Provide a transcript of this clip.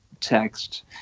text